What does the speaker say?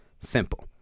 simple